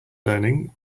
learning